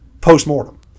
post-mortem